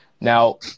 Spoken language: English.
Now